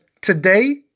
today